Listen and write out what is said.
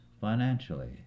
financially